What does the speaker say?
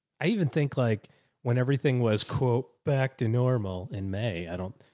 i even think like when everything was back to normal in may i don't,